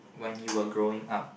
when you are growing up